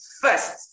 first